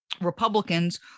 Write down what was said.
Republicans